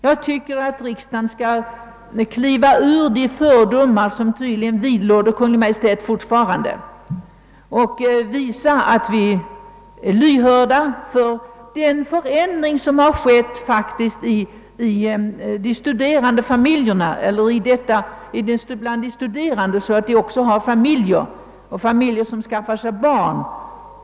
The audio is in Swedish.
Jag tycker att riksdagen skall kliva ur de fördomar, som tydligen fortfarande vidlåder Kungl. Maj:t, och visa lyhördhet för den förändring av de studerandes förhållanden, som har ägt rum. De studerande är numera ofta gifta par, som skaffar sig barn.